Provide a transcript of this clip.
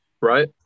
right